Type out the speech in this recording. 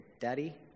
Daddy